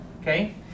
Okay